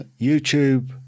YouTube